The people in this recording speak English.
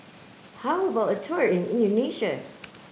how about a tour in